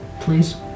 Please